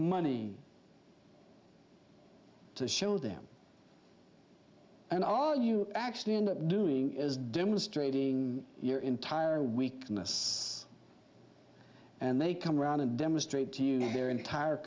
money to show them and all you actually end up doing is demonstrating your entire weakness and they come around and demonstrate to you their entire